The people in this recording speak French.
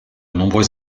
nombreux